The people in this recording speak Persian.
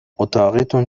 اتاقیتون